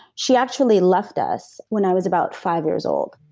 she actually left us when i was about five years old.